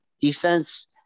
Defense